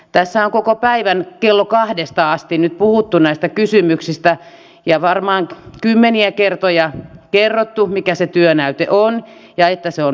tässä on koko päivän kello kahdesta asti nyt puhuttu näistä kysymyksistä ja varmaan kymmeniä kertoja kerrottu mikä se työnäyte on ja että se on valmistelussa